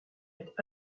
est